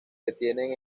detienen